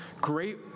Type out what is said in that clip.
great